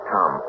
Tom